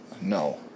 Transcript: no